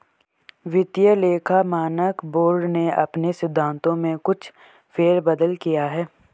वित्तीय लेखा मानक बोर्ड ने अपने सिद्धांतों में कुछ फेर बदल किया है